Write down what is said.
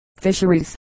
Fisheries